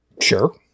Sure